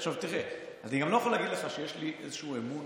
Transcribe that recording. תראה, אני גם לא יכול להגיד לך שיש לי איזשהו אמון